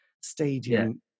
stadium